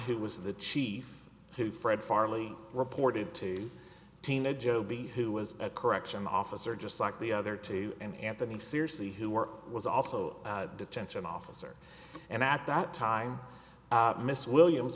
who was the chief who fred farley reported to tina jobi who was a corrections officer just like the other two in anthony's seriously who were was also a detention officer and at that time mrs williams